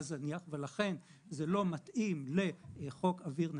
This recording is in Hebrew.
זניח ולכן זה לא מתאים לחוק אוויר נקי.